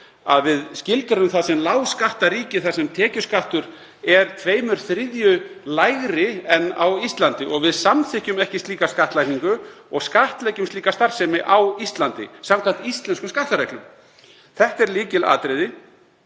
að við skilgreinum það sem lágskattaríki þar sem tekjuskattur er tveimur þriðju lægri en á Íslandi. Við samþykkjum ekki slíka skattlagningu og skattleggjum slíka starfsemi á Íslandi samkvæmt íslenskum skattareglum. Þetta er lykilatriði